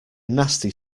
nasty